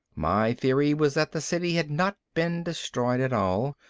my theory was that the city had not been destroyed at all,